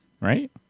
right